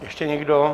Ještě někdo?